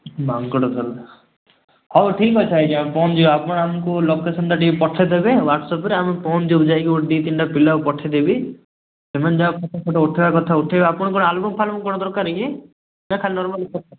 ମାଙ୍କଡ଼ଝୁଲା ହଉ ଠିକ୍ ଅଛି ଆଜ୍ଞା ପହଞ୍ଚିଯିବା ଆପଣ ଆମକୁ ଲୋକେସନ୍ଟା ଟିକେ ପଠେଇଦେବେ ହ୍ଵାଟସଅପରେ ଆମେ ପହଞ୍ଚିଯିବୁ ଯାଇକି ଦୁଇ ତିନିଟା ପିଲାକୁ ପଠେଇଦେବି ସେମାନେ ଯାହା ଫଟୋ ଫଟୋ ଉଠେଇବା କଥା ଉଠେଇବେ ଆପଣ କ'ଣ ଆଲବମ୍ ଫାଲବମ୍ କ'ଣ ଦରକାର କି ନା ଖାଲି ନର୍ମାଲ ଫଟୋ